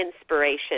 inspiration